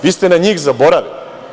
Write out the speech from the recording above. Vi ste na njih zaboravili.